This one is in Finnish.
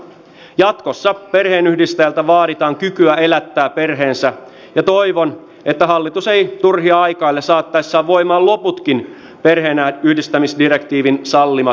jatkossa perheenyhdistäjältä vaaditaan kykyä elättää perheensä ja toivon että hallitus ei turhia aikaile saattaessaan voimaan loputkin perheenyhdistämisdirektiivin sallimat tiukennukset